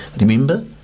Remember